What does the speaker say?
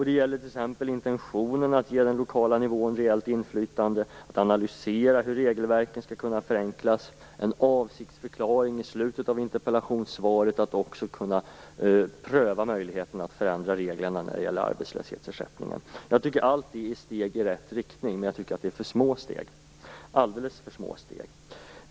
Det gäller t.ex. intentionerna att ge den lokala nivån reellt inflytande, att analysera hur regelverket skall kunna förenklas och en avsiktsförklaring i slutet av interpellationssvaret att också pröva möjligheten att förändra reglerna när det gäller arbetslöshetsersättningen. Jag tycker att allt det är steg i rätt riktning, men jag tycker att det är alldeles för små steg.